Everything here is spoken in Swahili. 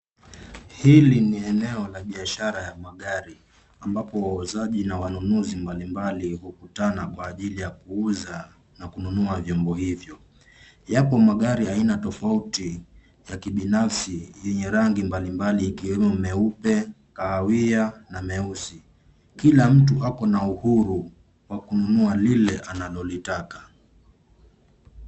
Hili ni eneo la biashara ya magari ambapo wauzaji na wanunuzi mbali mbali hukutana kwa ajili ya kuuza na kununua vyombo hivyo. Yapo magari aina tofauti za kibinafsi yenye rangi mbali mbali ikiwemo nyeupe, kahawia, na meusi, kila mtu ako na uhuru wa kununua lile analolitaka.